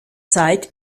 zeit